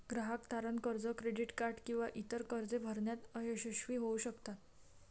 ग्राहक तारण कर्ज, क्रेडिट कार्ड किंवा इतर कर्जे भरण्यात अयशस्वी होऊ शकतात